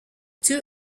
two